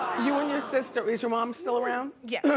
you and your sister, is your mom still around? yes.